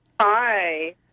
Hi